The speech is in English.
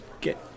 get